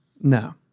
No